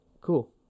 cool